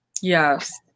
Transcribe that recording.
yes